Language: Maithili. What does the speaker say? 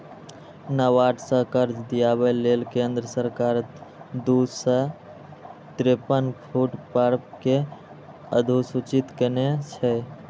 नाबार्ड सं कर्ज दियाबै लेल केंद्र सरकार दू सय तिरेपन फूड पार्क कें अधुसूचित केने छै